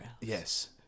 Yes